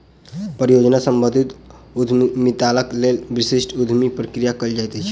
परियोजना सम्बंधित उद्यमिताक लेल विशिष्ट उद्यमी प्रक्रिया कयल जाइत अछि